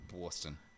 Boston